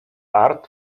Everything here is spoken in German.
art